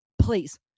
please